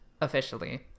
officially